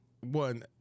one